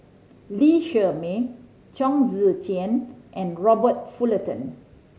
Lee Shermay Chong Tze Chien and Robert Fullerton